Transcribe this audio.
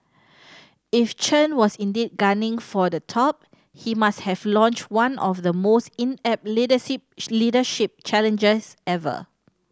if Chen was indeed gunning for the top he must have launched one of the most inept leadership challenges ever